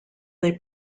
they